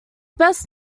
best